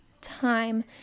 time